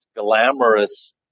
glamorous